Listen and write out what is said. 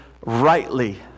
rightly